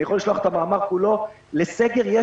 אני יכול לשלוח את המאמר כולו לסגר יש